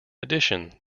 addition